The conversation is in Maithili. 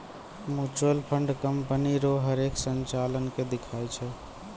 म्यूचुअल फंड कंपनी रो हरेक संचालन के दिखाय छै